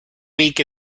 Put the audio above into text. week